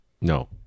No